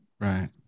Right